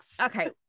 Okay